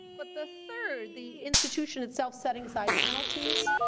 but the third, the institution itself setting aside penalties,